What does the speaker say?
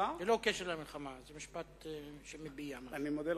משפט שמביע משהו.